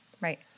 Right